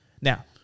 now